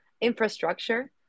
infrastructure